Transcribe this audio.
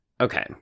Okay